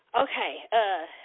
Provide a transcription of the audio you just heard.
Okay